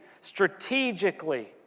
strategically